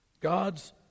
God's